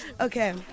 Okay